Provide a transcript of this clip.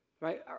right